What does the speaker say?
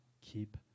Keep